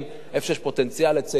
איפה שיש פוטנציאל לצעירים,